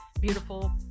beautiful